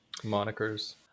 monikers